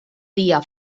dia